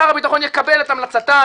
שר הביטחון יקבל את המלצתם,